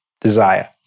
desire